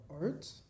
art